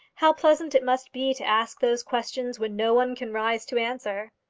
how pleasant it must be to ask those questions which no one can rise to answer!